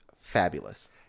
fabulous